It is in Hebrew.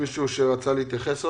מישהו רוצה להתייחס?